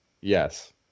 Yes